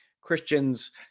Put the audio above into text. Christians